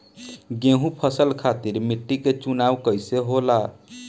गेंहू फसल खातिर मिट्टी के चुनाव कईसे होला?